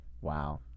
wow